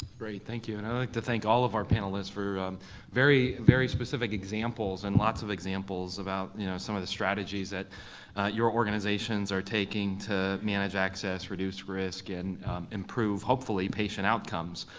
great, thank you. and i'd like to thank all of our panelists for very, very specific examples, and lots of examples about some of the strategies that your organizations are taking to manage access, reduce risk, and improve, hopefully, patient outcomes.